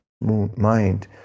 mind